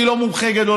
אני לא מומחה גדול,